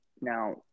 Now